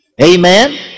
Amen